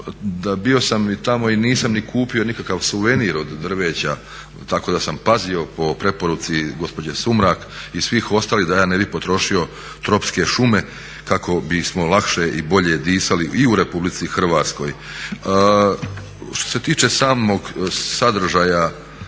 Bio sam tamo i nisam kupio ni nikakav suvenir od drveća, tako da sam pazio po preporuci gospođe Sumrak i svih ostalih da ja ne bih potrošio tropske šume kako bismo lakše i bolje disali i u Republici Hrvatskoj. Što se tiče samog sadržaja